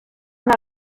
not